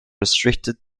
restricted